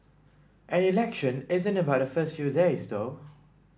an election isn't about the first few days though